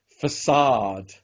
facade